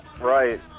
Right